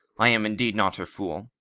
i am, indeed, not her fool,